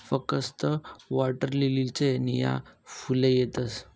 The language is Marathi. फकस्त वॉटरलीलीलेच नीया फुले येतस